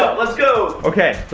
let's go. okay,